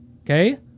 okay